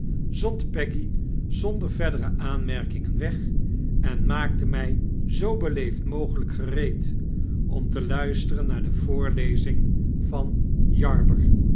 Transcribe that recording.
peggy zonder verdere aanmerkingen weg en maakte my zoo beleefd mogelijk gereed om te luisteren naar de voorlezing van